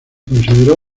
consideró